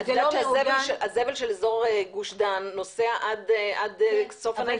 את יודעת שהזבל של גוש דן נוסע עד סוף הנגב.